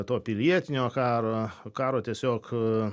to pilietinio karo karo tiesiog